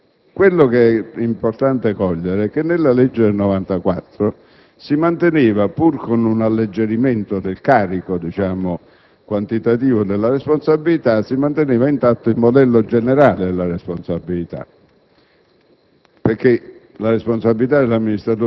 Qual è la differenza? È importante cogliere che nella legge del 1994, pur con un alleggerimento del carico quantitativo della responsabilità, si manteneva intatto il modello generale. La responsabilità